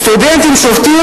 סטודנטים שובתים,